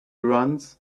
runs